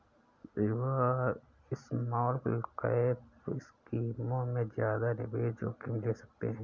युवा स्मॉलकैप स्कीमों में ज्यादा निवेश जोखिम ले सकते हैं